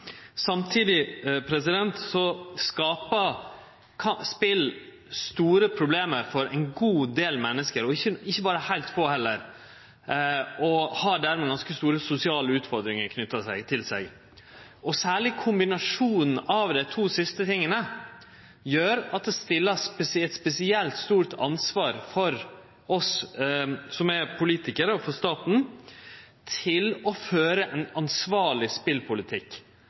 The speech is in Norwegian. Samtidig skapar spel store problem for ein god del menneske – ikkje berre heilt få heller – og har dermed ganske store sosiale utfordringar knytt til seg. Særleg kombinasjonen av dei to siste tinga gjer at det krevjast eit spesielt stort ansvar frå oss politikarar og frå staten til å føre ein ansvarleg spelpolitikk,